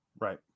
Right